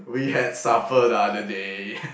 we had supper the other day